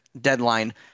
deadline